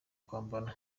kwambara